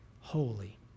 holy